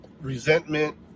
resentment